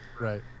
Right